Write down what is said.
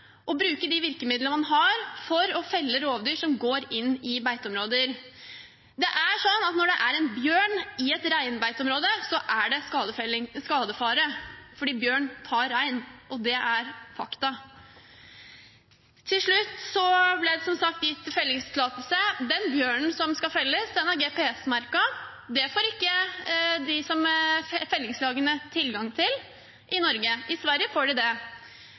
og bruke de virkemidlene man har for å felle rovdyr som går inn i beiteområder. Det er sånn at når det er en bjørn i et reinbeiteområde, så er det skadefare, fordi bjørn tar rein – og det er et faktum. Til slutt ble det, som sagt, gitt fellingstillatelse. Den bjørnen som skal felles, er GPS-merket. Det får ikke fellingslagene tilgang til i Norge. I Sverige får de det.